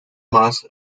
más